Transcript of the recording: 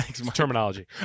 Terminology